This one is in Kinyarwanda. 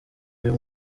uyu